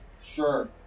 Sure